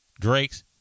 Drake's